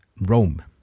Rome